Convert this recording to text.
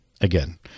Again